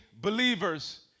believers